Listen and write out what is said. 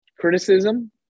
criticism